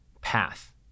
path